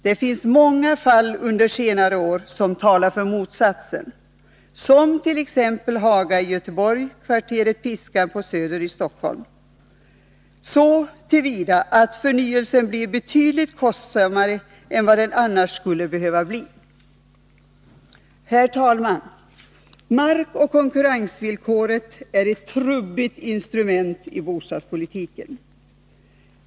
Det finns många fall under senare år som talar för motsatsen, t.ex. Haga i Göteborg och kvarteret Piskan på Söder i Stockholm, så till vida att förnyelsen blir betydligt kostsammare än vad den annars skulle behöva bli. Herr talman! Markoch konkurrensvillkoret är ett trubbigt instrument i bostadspolitiken.